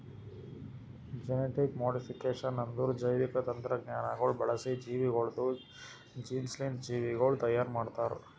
genetic modification ಅಂದುರ್ ಜೈವಿಕ ತಂತ್ರಜ್ಞಾನಗೊಳ್ ಬಳಸಿ ಜೀವಿಗೊಳ್ದು ಜೀನ್ಸ್ಲಿಂತ್ ಜೀವಿಗೊಳ್ ತೈಯಾರ್ ಮಾಡ್ತಾರ್